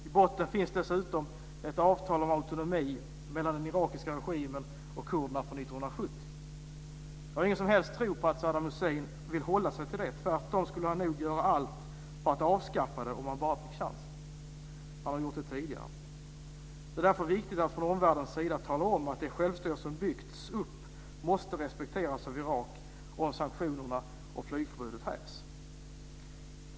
I botten finns dessutom ett avtal om autonomi mellan den irakiska regimen och kurderna från 1970. Jag har ingen som helst tro på att Saddam Hussein vill hålla sig till det. Tvärtom skulle han nog göra allt för att avskaffa det om han bara fick chansen. Han har gjort det tidigare. Det är därför viktigt att från omvärldens sida tala om att det självstyre som byggts upp måste respekteras av Irak om sanktionerna och flygförbudet hävs.